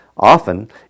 Often